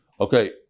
Okay